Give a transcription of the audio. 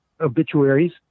obituaries